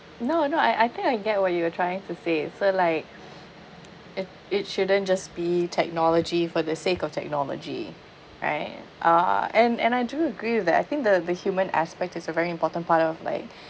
no no I I think I get what you are trying to say so like it it shouldn't just be technology for the sake of technology right uh and and I do agree with that I think the the human aspect is a very important part of like